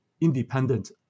independent